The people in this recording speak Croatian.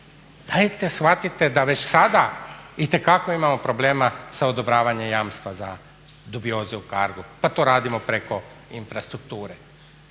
Dajte shvatite da već sada itekako imamo problema sa odobravanjem jamstva za dubioze u CARGO-u. Pa to radimo preko infrastrukture.